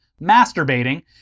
masturbating